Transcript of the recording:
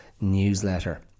newsletter